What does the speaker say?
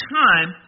time